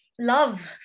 love